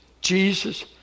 Jesus